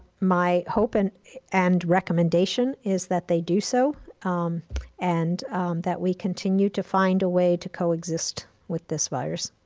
my hope and and recommendation is that they do so and that we continue to find a way to co-exist with this virus.